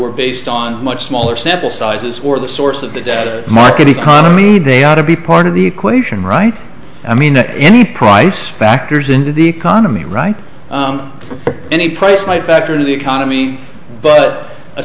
were based on much smaller sample sizes or the source of the data market economy they ought to be part of the equation right i mean any price factored into the economy right for any price might factor into the economy but